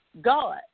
God